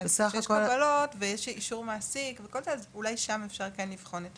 יש קבלות ויש אישור מעסיק אולי שם אפשר כן לבחון את